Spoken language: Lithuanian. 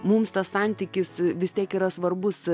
mums tas santykis vis tiek yra svarbus